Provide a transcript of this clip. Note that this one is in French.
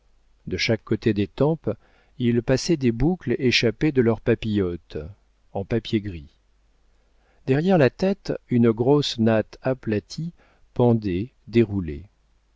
de chaque côté des tempes il passait des boucles échappées de leurs papillotes en papier gris derrière la tête une grosse natte aplatie pendait déroulée